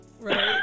Right